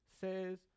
says